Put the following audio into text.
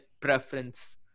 preference